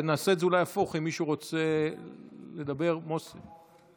נעשה, איך שאתה רוצה, מוסי.